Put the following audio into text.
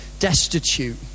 destitute